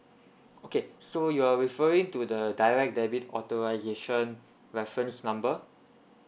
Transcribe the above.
okay so you're referring to the direct debit authorisation reference number